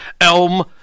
Elm